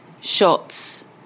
shots